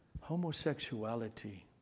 homosexuality